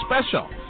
special